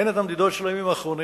אין המדידות של הימים האחרונים,